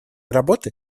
работы